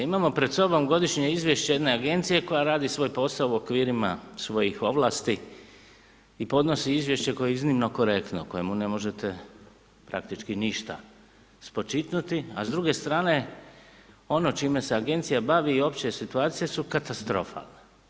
Imamo pred sobom godišnje izvješće jedne agencije koja radi svoj posao u okvirima svojih ovlasti i podnosi izvješće koje je iznimno korektno, kojemu ne možete praktički ništa spočitnuti a s druge strane ono čime se agencija bavi i opće situacije su katastrofa.